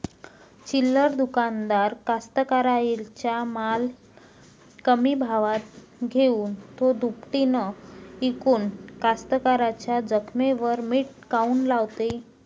चिल्लर दुकानदार कास्तकाराइच्या माल कमी भावात घेऊन थो दुपटीनं इकून कास्तकाराइच्या जखमेवर मीठ काऊन लावते?